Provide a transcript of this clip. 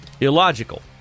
illogical